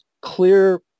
clear